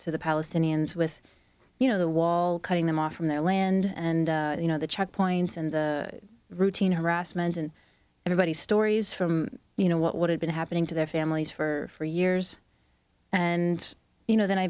to the palestinians with you know the wall cutting them off from their land and you know the checkpoints and the routine harassment and everybody stories from you know what had been happening to their families for years and you know then i